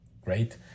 great